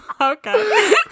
Okay